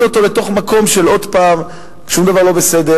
אותו למקום של עוד פעם שום דבר לא בסדר,